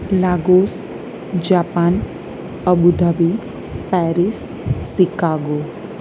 Lagos Japan Abu Dhabi Paris Chicago